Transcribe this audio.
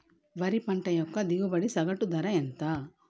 వరి పంట యొక్క దిగుబడి సగటు ధర ఎంత?